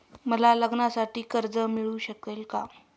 मला लग्नासाठी कर्ज मिळू शकेल का?